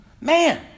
Man